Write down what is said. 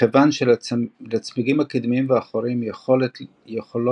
מכיוון שלצמיגים הקדמיים והאחוריים יכולות